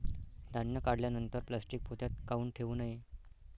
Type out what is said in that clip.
धान्य काढल्यानंतर प्लॅस्टीक पोत्यात काऊन ठेवू नये?